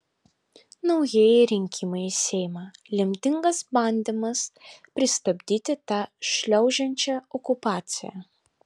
naujieji rinkimai į seimą lemtingas bandymas pristabdyti tą šliaužiančią okupaciją